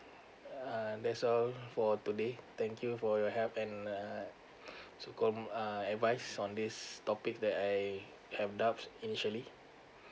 uh that's all for today thank you for your help and uh so called um advice on this topic that I have doubts initially